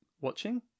watching